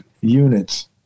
units